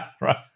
Right